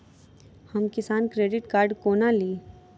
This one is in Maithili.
हम किसान क्रेडिट कार्ड कोना ली?